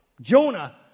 Jonah